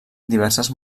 diverses